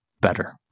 better